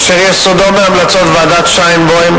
אשר יסודו בהמלצות ועדת-שיינבוים,